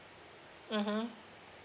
mmhmm